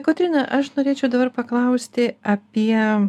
kotryna aš norėčiau dabar paklausti apie